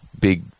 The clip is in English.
big